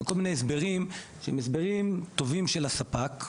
וכל מיני הסברים שהם הסברים טובים של הספק,